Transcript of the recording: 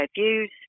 views